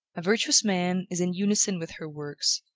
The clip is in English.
a virtuous man is in unison with her works,